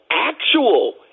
actual